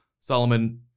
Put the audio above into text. Solomon